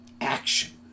action